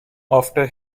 after